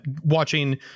watching